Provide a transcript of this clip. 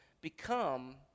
become